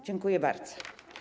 Dziękuję bardzo.